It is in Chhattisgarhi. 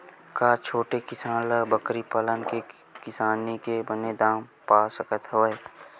का छोटे किसान ह बकरी पाल के किसानी के बने दाम पा सकत हवय?